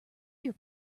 your